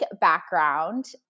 background